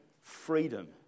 Freedom